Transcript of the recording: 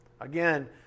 again